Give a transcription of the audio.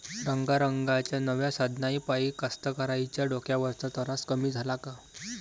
रंगारंगाच्या नव्या साधनाइपाई कास्तकाराइच्या डोक्यावरचा तरास कमी झाला का?